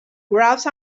wrap